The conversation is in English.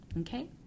Okay